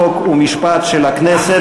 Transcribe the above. חוק ומשפט של הכנסת.